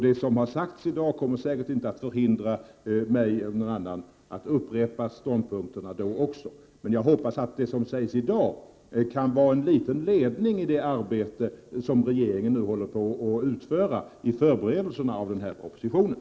Det som har sagts i dag kommer säkert inte att förhindra mig eller någon annan från att upprepa ståndpunkterna också då. Jag hoppas att det som sägs i dag kan vara till någon liten ledning i det förberedelsearbete som regeringen nu håller på att utföra för propositionen.